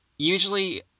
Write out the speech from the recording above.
Usually